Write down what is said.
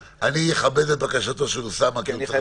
אני אכבד את בקשתו של אוסאמה כי הוא צריך